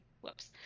Whoops